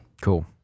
Cool